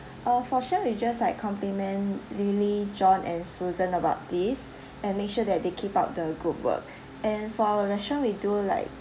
uh for sure we just like compliment lily john and susan about this and make sure that they keep up the good work and for our restaurant we do like